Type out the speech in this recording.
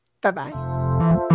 Bye-bye